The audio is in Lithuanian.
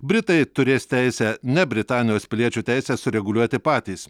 britai turės teisę ne britanijos piliečių teises sureguliuoti patys